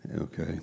okay